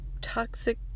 toxic